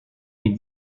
mes